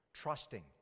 Trusting